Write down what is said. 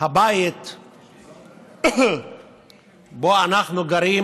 הבית שבו אנחנו גרים